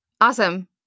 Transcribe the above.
Awesome